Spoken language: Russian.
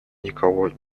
никого